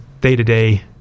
day-to-day